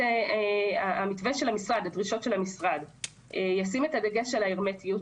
המתווה של המשרד והדרישות של המשרד על הרמטיות,